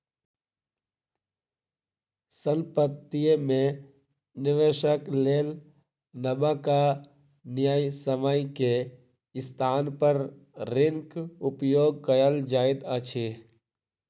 संपत्ति में निवेशक लेल नबका न्यायसम्य के स्थान पर ऋणक उपयोग कयल जाइत अछि